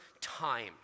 time